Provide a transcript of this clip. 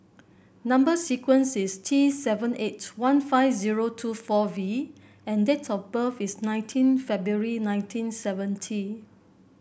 number sequence is T seven eight one five zero two four V and date of birth is nineteen February nineteen seventy